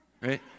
right